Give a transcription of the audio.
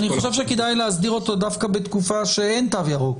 אני חושב שכדאי להסדיר אותו דווקא בתקופה שאין תו ירוק.